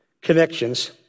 connections